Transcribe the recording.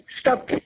stop